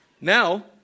Now